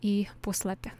į puslapį